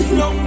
no